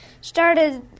started